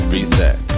Reset